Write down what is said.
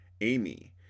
Amy